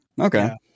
Okay